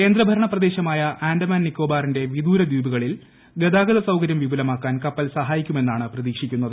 കേന്ദ്രഭരണപ്രദേശമായ ആൻഡമാൻ നിക്കോബാറിന്റെ വിദൂര ദീപുകളിൽ ഗതാഗത സൌകര്യം വിപുലമാക്കാൻ കപ്പൽ സഹായിക്കുമെന്നാണ് പ്രതീക്ഷിക്കുന്നത്